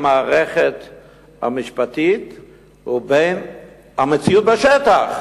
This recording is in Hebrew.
למיטב ידיעתי ביום ראשון הקרוב.